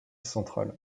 central